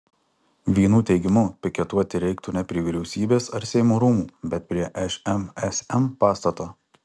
vienų teigimu piketuoti reiktų ne prie vyriausybės ar seimo rūmų bet prie šmsm pastato